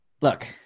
look